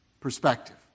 perspective